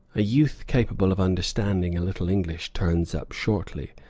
a youth capable of understanding a little english turns up shortly,